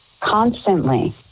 Constantly